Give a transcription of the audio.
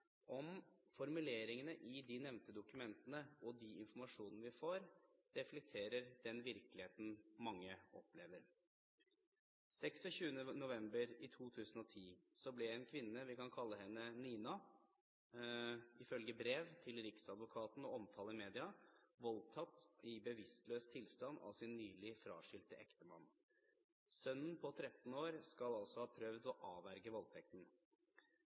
om formuleringene i de nevnte dokumentene og de informasjonene vi får, reflekterer den virkeligheten mange opplever. 26. november i 2010 ble en kvinne – vi kan kalle henne Nina – ifølge brev til Riksadvokaten og omtale i media voldtatt i bevisstløs tilstand av sin nylig fraskilte ektemann. Sønnen på 13 år skal altså ha prøvd å avverge voldtekten.